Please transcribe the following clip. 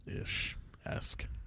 Ish-esque